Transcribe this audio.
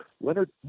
Leonard